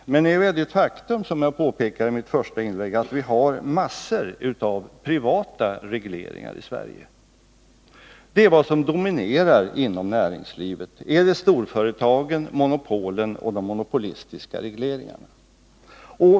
Men nu är det ett faktum, som jag påpekade i mitt första inlägg, att vi har massor av privata regleringar i Sverige. Vad som dominerar inom näringslivet är storföretagen, monopolen och de monopolistiska regleringarna.